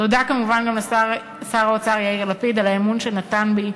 תודה כמובן גם לשר האוצר יאיר לפיד על האמון שנתן בי,